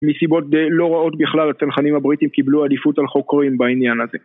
מסיבות לא רעות בכלל הצנחנים הבריטים קיבלו עדיפות על חוקרים בעניין הזה.